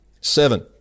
Seven